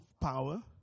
power